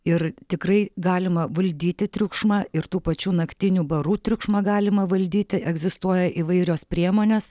ir tikrai galima valdyti triukšmą ir tų pačių naktinių barų triukšmą galima valdyti egzistuoja įvairios priemonės